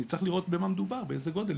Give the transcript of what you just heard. אני צריך לראות במה מדובר, באיזה גודל.